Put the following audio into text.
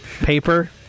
paper